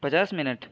پچاس منٹ